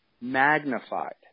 magnified